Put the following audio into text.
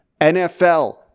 NFL